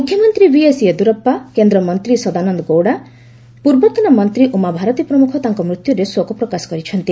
ମୁଖ୍ୟମନ୍ତ୍ରୀ ବିଏସ୍ ୟେଦିୟୁରାସ୍ପା କେନ୍ଦ୍ରମନ୍ତ୍ରୀ ସଦାନନ୍ଦ ଗୌଡ଼ା ପୂର୍ବତନ ମନ୍ତ୍ରୀ ଉମାଭାରତୀ ପ୍ରମୁଖ ତାଙ୍କ ମୃତ୍ୟୁରେ ଶୋକ ପ୍ରକାଶ କରିଛନ୍ତି